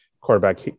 quarterback